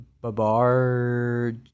Babar